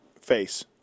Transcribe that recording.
face